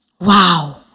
wow